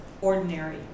Ordinary